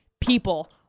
people